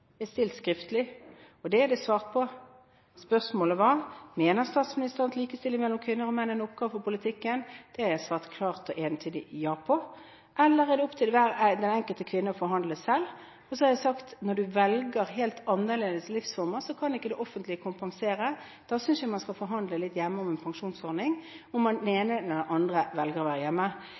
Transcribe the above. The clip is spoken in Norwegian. stilt skriftlig, og det er det svart på. Spørsmålet var: «Mener statsministeren at likestilling mellom menn og kvinner er en oppgave for politikken». Det har jeg svart klart og entydig ja på. På spørsmålet om det er «opp til den enkelte kvinne å forhandle selv» har jeg sagt at når man velger livsformer som er helt annerledes, kan ikke det offentlige kompensere. Da synes jeg man skal forhandle litt hjemme om en pensjonsordning, om den ene eller den andre velger å være hjemme.